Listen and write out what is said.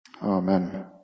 Amen